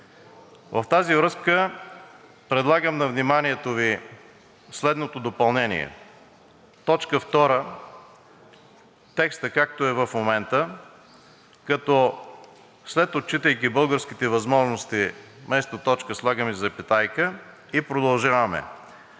В тази връзка предлагам на вниманието Ви следното допълнение: в т. 2 – текстът, както е в момента, като след „отчитайки българските възможности“ вместо точка слагаме запетайка и продължаваме